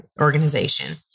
organization